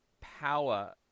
power